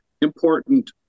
important